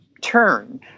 turn